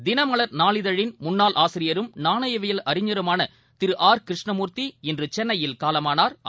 தினமல் நாளிதழின் முன்னாள் ஆசிரியரும் நாணவியல் அறிஞருமானதிருஆர் கிருஷ்ணமூர்த்தி இன்றுசென்னையில் காலமானா்